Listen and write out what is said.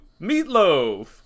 Meatloaf